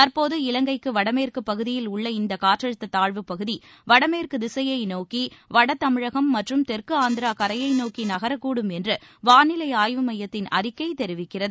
தற்போது இலங்கைக்கு வடமேற்கு பகுதியில் உள்ள இந்த காற்றழுத்த தாழ்வுப்பகுதி வடமேற்கு திசையை நோக்கி வடதமிழகம் மற்றும் தெற்கு ஆந்திரா கரையை நோக்கி நகரக் கூடும் என்று வானிலை ஆய்வு மையத்தின் அறிக்கை தெரிவிக்கிறது